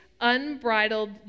unbridled